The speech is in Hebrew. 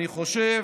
אני חושב